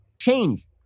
Change